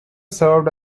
served